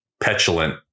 petulant